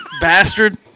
bastard